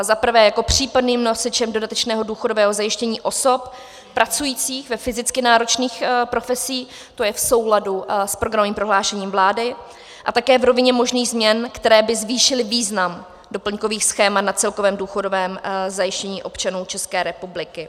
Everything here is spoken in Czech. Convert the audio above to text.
Za prvé jako případným nosičem dodatečného důchodového zajištění osob pracujících ve fyzicky náročných profesích, to je v souladu s programovým prohlášením vlády, a také v rovině možných změn, které by zvýšily význam doplňkových schémat na celkovém důchodovém zajištění občanů České republiky.